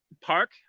Park